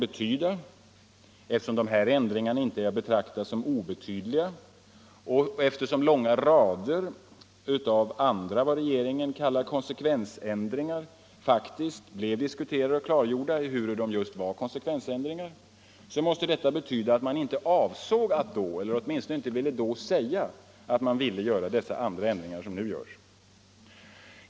Eftersom de här ändringarna inte är att betrakta som obetydliga och eftersom långa rader av andra vad regeringen kallar konsekvensändringar faktiskt blev diskuterade och klargjorda, måste detta betyda att man inte avsåg eller då åtminstone inte ville säga att man önskade göra dessa andra ändringar som nu görs.